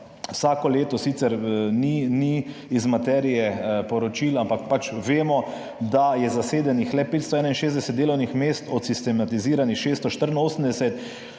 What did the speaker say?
vsako leto, sicer ni iz materije poročila, ampak pač vemo, da je zasedenih le 561 delovnih mest od sistematiziranih 684.